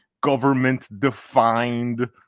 government-defined